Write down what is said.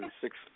six